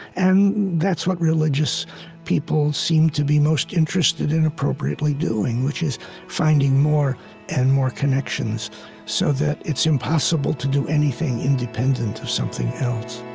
and that's what religious people seem to be most interested in appropriately doing, which is finding more and more connections so that it's impossible to do anything independent of something else